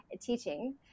teaching